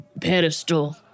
pedestal